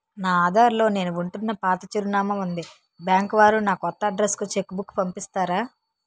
నా ఆధార్ లో నేను ఉంటున్న పాత చిరునామా వుంది బ్యాంకు వారు నా కొత్త అడ్రెస్ కు చెక్ బుక్ పంపిస్తారా?